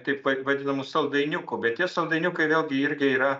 taip va vadinamų saldainiukų bet tie saldainiukai vėlgi irgi yra